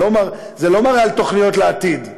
זה לא מראה על תוכניות לעתיד?